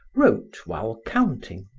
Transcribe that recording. wrote while counting.